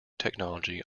technology